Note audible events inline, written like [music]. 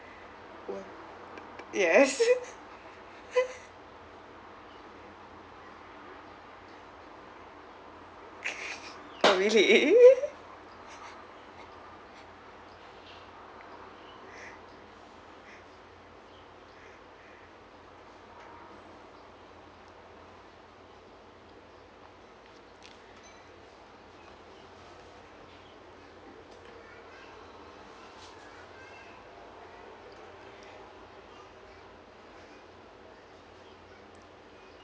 why yes [laughs] oh really